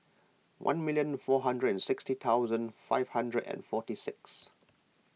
one million four hundred and sixty thousand five hundred and forty six